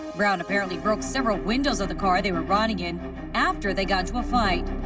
brown apparently broke several windows of the car they were riding in after they got into a fight.